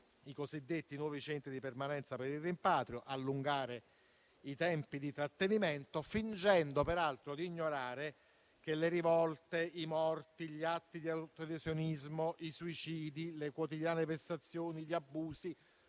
i cosiddetti nuovi centri di permanenza per il rimpatrio, di allungare i tempi di trattenimento, fingendo peraltro di ignorare che le rivolte, i morti, gli atti di autolesionismo, i suicidi, le quotidiane vessazioni, gli abusi,